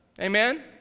Amen